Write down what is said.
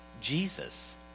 Jesus